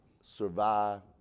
survive